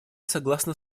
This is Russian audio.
согласно